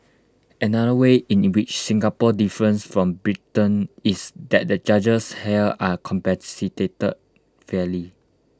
another way in which Singapore differs from Britain is that the judges here are compensated fairly